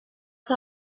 que